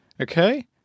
okay